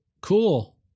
cool